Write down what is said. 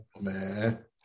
Man